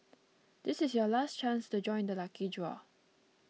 this is your last chance to join the lucky draw